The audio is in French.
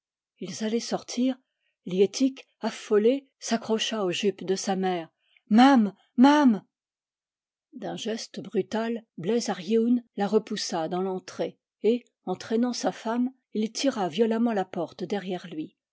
ils allaient sortir liettik affolée s'accrocha aux jupes de sa mère mamm mamm d'un geste brutal bleiz ar yeun la repoussa dans l'entrée et entraînant sa femme il tira violemment la porte derrière lui